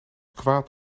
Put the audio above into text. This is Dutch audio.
kwaad